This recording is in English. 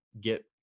get